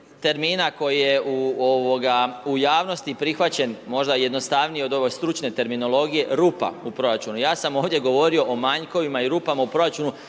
termina koji je u javnosti prihvaćen, možda jednostavnije od ove stručne terminologije, rupa u proračunu, ja sam ovdje govorio o manjkovima i rupama u proračunu,